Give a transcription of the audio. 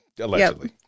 Allegedly